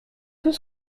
tout